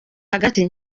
hagati